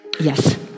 Yes